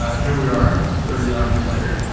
ah here we are thirty odd years later.